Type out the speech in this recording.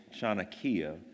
Shanakia